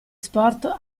sport